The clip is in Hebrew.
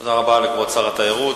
תודה רבה לכבוד שר התיירות.